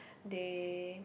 they